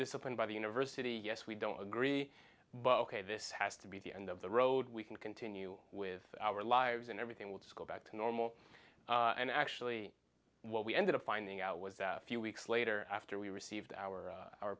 disciplined by the university yes we don't agree but ok this has to be the end of the road we can continue with our lives and everything will just go back to normal and actually what we ended up finding out was that a few weeks later after we received our